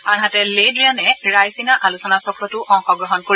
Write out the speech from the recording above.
আনহাতে Le Drian Raisina আলোচনাচক্ৰতো অংশগ্ৰহণ কৰিব